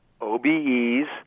OBEs